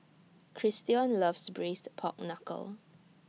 Christion loves Braised Pork Knuckle